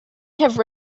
have